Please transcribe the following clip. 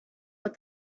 but